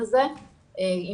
בדיון חוקרי הילדים,